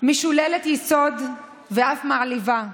"משוללת יסוד ואף מעליבה.